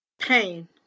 Pain